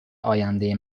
آینده